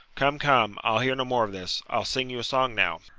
come, come. i'll hear no more of this i'll sing you a song now.